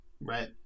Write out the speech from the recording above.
right